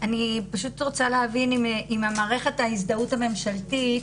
אני רוצה להבין אם מערכת ההזדהות הממשלתית,